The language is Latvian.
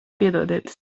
piedodiet